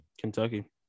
Kentucky